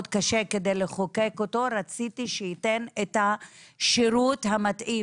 קשה כדי לחוקק אותו רציתי שייתן את השירות המתאים,